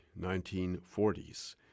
1940s